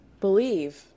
believe